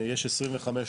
יש 25,000,